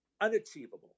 unachievable